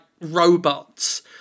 robots